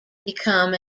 become